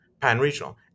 pan-regional